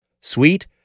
Sweet